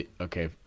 okay